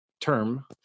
term